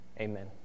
Amen